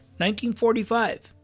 1945